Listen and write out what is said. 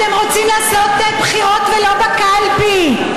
אתם רוצים לעשות בחירות, ולא בקלפי.